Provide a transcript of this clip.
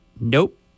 Nope